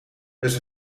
dus